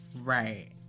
right